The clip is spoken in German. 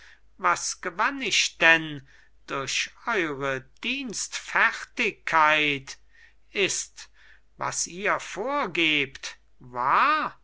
was gewann ich denn durch eure dienstfertigkeit ist was ihr vorgebt wahr